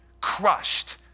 crushed